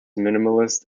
minimalist